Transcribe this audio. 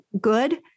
good